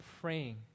praying